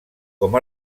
com